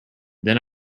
then